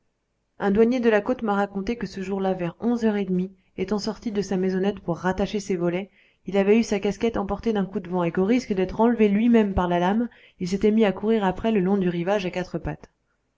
un douanier de la côte m'a raconté que ce jour-là vers onze heures et demie étant sorti de sa maisonnette pour rattacher ses volets il avait eu sa casquette emportée d'un coup de vent et qu'au risque d'être enlevé lui-même par la lame il s'était mis à courir après le long du rivage à quatre pattes